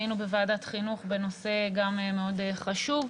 היינו בוועדת חינוך בנושא גם מאוד חשוב.